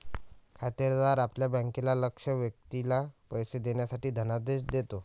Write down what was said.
खातेदार आपल्या बँकेला लक्ष्य व्यक्तीला पैसे देण्यासाठी धनादेश देतो